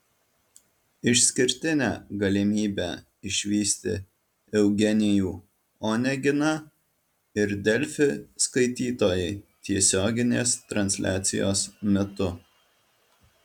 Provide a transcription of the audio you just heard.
išskirtinę galimybę išvysti eugenijų oneginą ir delfi skaitytojai tiesioginės transliacijos metu